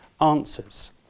answers